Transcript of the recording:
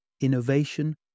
innovation